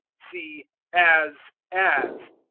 see as as.